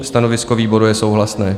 Stanovisko výboru je souhlasné.